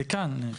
זה כאן.